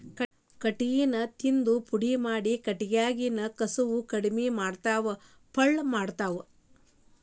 ಕಟಗಿನ ತಿಂದ ಪುಡಿ ಮಾಡಿ ಕಟಗ್ಯಾನ ಕಸುವ ಕಡಮಿ ಮಾಡತಾವ ಪಳ್ಳ ಮಾಡತಾವ